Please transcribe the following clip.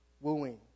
wooing